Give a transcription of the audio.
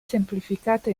semplificato